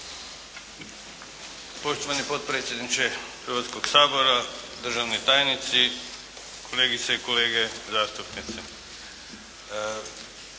Poštovani potpredsjedniče Hrvatskog sabora, državni tajnici, kolegice i kolege zastupnici.